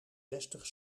zestig